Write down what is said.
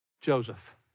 Joseph